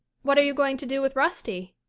what are you going to do with rusty?